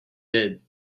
did